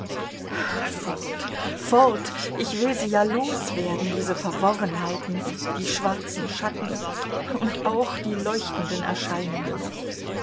fort fort ich will sie ja loswerden diese verworrenheiten die schwarzen schatten und auch die leuchtenden erscheinungen